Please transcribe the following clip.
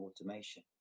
automation